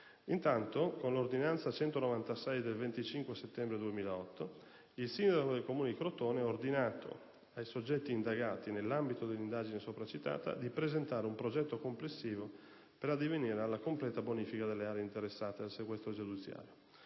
Intanto, con ordinanza n. 196 del 25 settembre 2008, il sindaco del Comune di Crotone ha ordinato ai soggetti indagati, nell'ambito dell'indagine sopra citata, di presentare un progetto complessivo per addivenire alla completa bonifica delle aree interessate dal sequestro giudiziario.